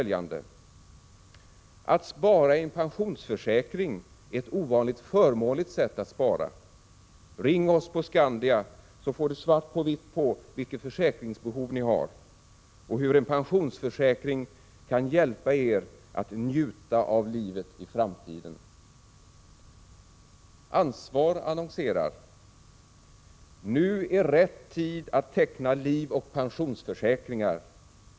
1986/87:48 följande: 12 december 1986 ”Att spara i en pensionsförsäkring är ett ovanligt förmånligt sätt att spara. En uillA eför ——- Ring oss på Skandia så ——— får du svart på vitt på vilket £" tillfällig förmögen försäkringsbehov ni har, och hur en pensionsförsäkring kan hjälpa er att ringsbolag, m.m. njuta av livet i framtiden.” Ansvar annonserar: ”Nu är rätt tid att teckna livoch pensionsförsäkringar.